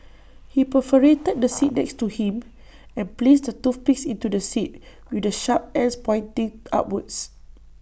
he perforated the seat next to him and placed the toothpicks into the seat with the sharp ends pointing upwards